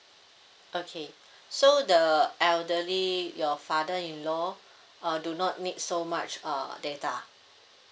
okay so the elderly your father-in-law uh do not need so much uh data